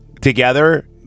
together